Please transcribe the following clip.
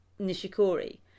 Nishikori